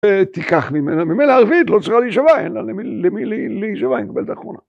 תיקח ממנה, ממנה ערבית לא צריכה להישבע, אין לה, למי להישבע אם קיבלת אחרונה.